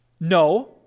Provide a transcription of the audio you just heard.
No